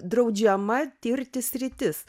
draudžiama tirti sritis